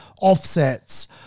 offsets